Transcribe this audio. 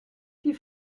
die